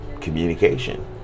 communication